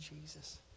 Jesus